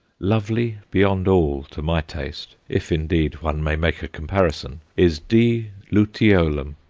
lovely beyond all to my taste, if, indeed, one may make a comparison, is d. luteolum,